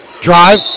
Drive